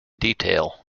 detail